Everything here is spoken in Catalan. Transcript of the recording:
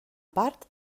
part